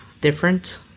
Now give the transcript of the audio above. different